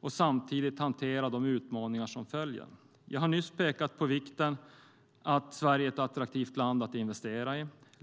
och samtidigt hantera de utmaningar som följer. Jag har nyss pekat på vikten av att Sverige är ett attraktivt land att investera i.